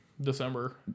December